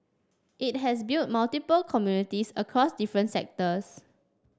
it has built multiple communities across different sectors